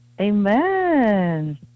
Amen